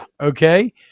okay